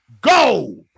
Go